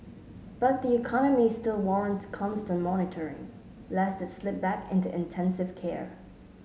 but the economy still warrants constant monitoring lest it slip back into intensive care